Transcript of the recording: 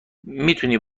میتونی